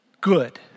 Good